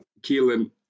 Keelan